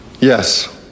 Yes